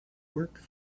work